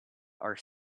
are